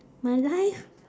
my life